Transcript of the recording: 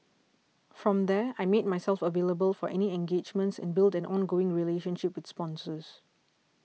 from there I made myself available for any engagements and built an ongoing relationship with sponsors